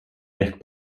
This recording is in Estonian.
ehk